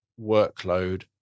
workload